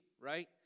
right